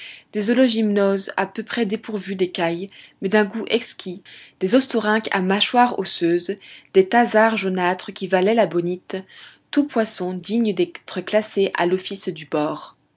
des hologymnoses à peu près dépourvus d'écailles mais d'un goût exquis des ostorhinques à mâchoire osseuse des thasards jaunâtres qui valaient la bonite tous poissons dignes d'être classés à l'office du bord